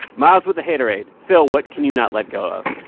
miles with the haterade. phil, what can you not let go of?